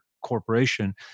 corporation